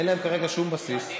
אין להן כרגע שום בסיס.